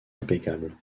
impeccable